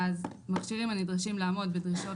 ואז "מכשירים הנדרשים לעמוד בדרישות